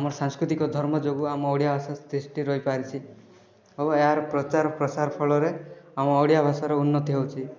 ଆମ ସାଂସ୍କୃତିକ ଧର୍ମ ଯୋଗୁଁ ଆମ ଓଡ଼ିଆ ଭାଷା ତିଷ୍ଠି ରହିପାରିଛି ଆଉ ଏହାର ପ୍ରଚାରପ୍ରସାର ଫଳରେ ଆମ ଓଡ଼ିଆ ଭାଷାର ଉନ୍ନତି ହେଉଛି